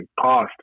cost